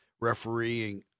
refereeing